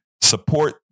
support